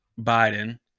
Biden